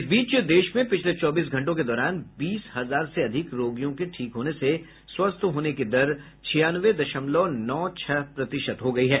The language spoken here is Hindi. इस बीच देश में पिछले चौबीस घंटों के दौरान बीस हजार से अधिक रोगियों के ठीक होने से स्वस्थ होने की दर छियानवे दशमलव नौ छह प्रतिशत हो गई है